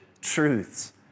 truths